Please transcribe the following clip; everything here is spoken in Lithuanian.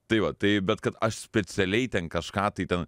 tai va tai bet kad aš specialiai ten kažką tai ten